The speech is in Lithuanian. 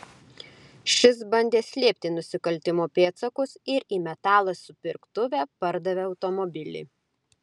šis bandė slėpti nusikaltimo pėdsakus ir į metalo supirktuvę pardavė automobilį